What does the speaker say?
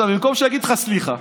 עכשיו, במקום שיגיד לך, סליחה,